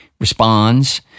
responds